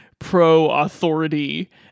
pro-authority